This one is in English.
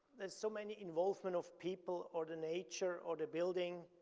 there's so many involvement of people or the nature or the building.